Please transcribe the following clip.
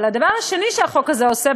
אבל הדבר השני שהחוק הזה עושה,